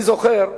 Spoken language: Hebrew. אני זוכר,